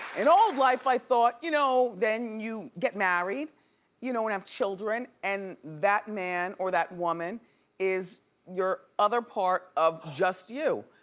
in all of life i thought, you know, then you get married you know and have children, and that man or that woman is your other part of just you.